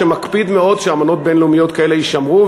שמקפיד מאוד שאמנות בין-לאומיות כאלה יישמרו,